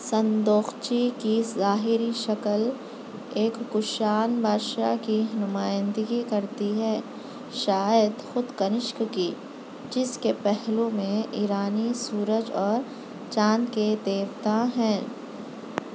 صندوقچی کی ظاہری شکل ایک کوشان بادشاہ کی نمائندگی کرتی ہے شاید خود کنشک کی جس کے پہلو میں ایرانی سورج اور چاند کے دیوتا ہیں